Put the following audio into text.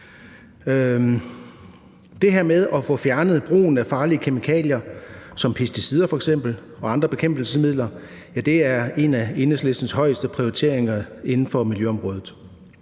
Det her med at få fjernet brugen af farlige kemikalier som pesticider f.eks. og andre bekæmpelsesmidler er en af Enhedslistens højeste prioriteringer inden for miljøområdet.